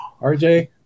RJ